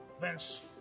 Vince